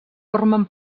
formen